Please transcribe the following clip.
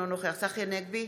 אינו נוכח צחי הנגבי,